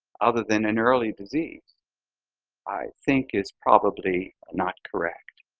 other than an early disease i think is probably not correct.